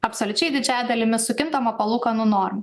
absoliučiai didžiąja dalimi su kintama palūkanų norma